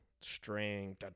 string